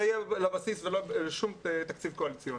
זה יהיה בבסיס ולא בשום תקציב קואליציוני.